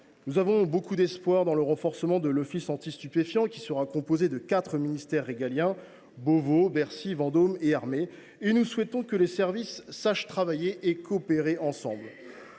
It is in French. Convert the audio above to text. Nous avons beaucoup d’espoir dans le renforcement de l’Office anti stupéfiants, composé de quatre ministères régaliens – Beauvau, Bercy, place Vendôme, les armées. Nous souhaitons que leurs services sachent travailler et coopérer. Avec ce